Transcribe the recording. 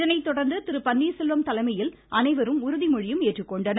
இதனை தொடர்ந்து திரு பன்னீர்செல்வம் தலைமையில் அனைவரும் உறுதிமொழி ஏற்றனர்